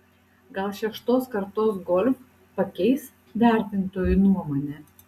gal šeštos kartos golf pakeis vertintojų nuomonę